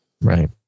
Right